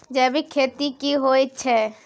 जैविक खेती की होए छै?